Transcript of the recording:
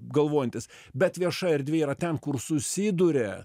galvojantys bet vieša erdvė yra ten kur susiduria